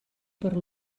per